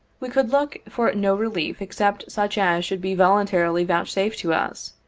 we could look for no relief except such as should be voluntarily vouchsafed to us,